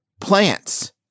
plants